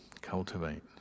cultivate